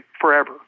forever